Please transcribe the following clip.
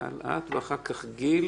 מיטל ואחר כך גיל